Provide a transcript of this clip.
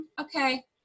okay